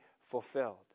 fulfilled